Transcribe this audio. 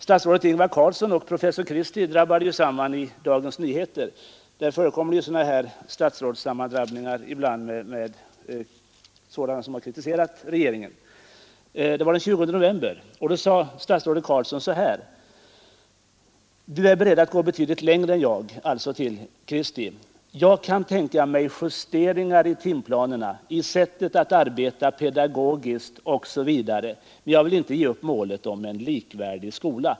Statsrådet Ingvar Carlsson och professor Christie drabbade den 20 november samman i Dagens Nyheter — där förekommer ibland sådana sammandrabbningar mellan statsråd och personer som har kritiserat regeringen. Statsrådet Carlsson sade då till professor Christie: ”Du är beredd att gå betydligt längre än jag. Jag kan tänka mig justeringar i timplanerna, i sättet att arbeta pedagogiskt osv. Men jag vill inte ge upp målet om en likvärdig skola.